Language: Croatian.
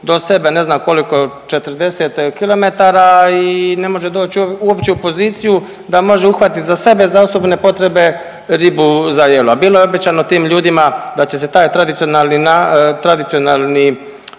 do sebe ne znam koliko 40 km i ne može doći uopće u poziciju da može uhvatiti za sebe, za osobne potrebe ribu za jelo, a bilo je obećano tim ljudima da će se taj tradicionalni